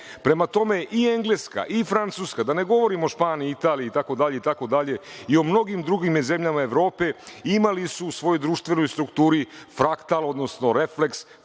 tome, i Engleska i Francuska, da ne govorimo o Španiji itd, i u mnogim drugim zemljama Evrope, imali su u svojoj društvenoj strukturi frakta, odnosno fenomena